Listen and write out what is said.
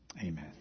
Amen